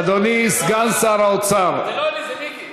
אדוני סגן שר האוצר, זה לא אני, זה מיקי.